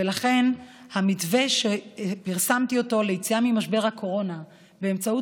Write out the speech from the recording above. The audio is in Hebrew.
ולכן המתווה שפרסמתי ליציאה ממשבר הקורונה באמצעות